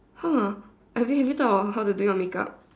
!huh! Ivy have you thought of how to do your makeup